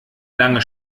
lange